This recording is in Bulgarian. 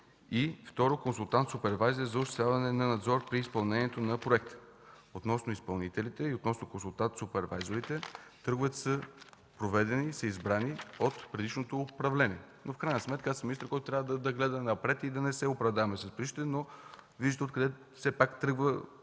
и Второ, консултант-супервайзор за осъществяване на надзор при изпълнението на проекта. Относно изпълнителите и относно консултант-супервайзорите търговете са проведени и са избрани от предишното управление. В крайна сметка аз съм министър, който трябва да гледа напред и да не се оправдава с предишните. Но вижте все пак откъде